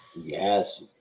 Yes